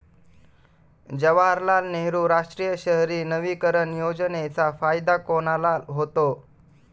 जवाहरलाल नेहरू राष्ट्रीय शहरी नवीकरण योजनेचा फायदा कोणाला होतो?